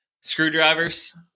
Screwdrivers